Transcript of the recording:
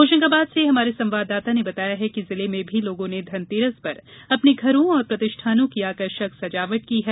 होशंगाबाद से हमारे संवाददाता ने बताया है कि जिले में भी लोर्गो ने धनतेरस पर अपने घरों और प्रतिष्ठानों की आकर्षक सजावट की है